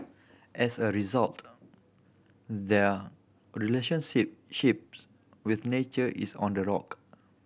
as a result their ships with nature is on the rock